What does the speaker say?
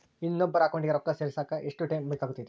ಇನ್ನೊಬ್ಬರ ಅಕೌಂಟಿಗೆ ರೊಕ್ಕ ಸೇರಕ ಎಷ್ಟು ಟೈಮ್ ಬೇಕಾಗುತೈತಿ?